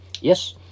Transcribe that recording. Yes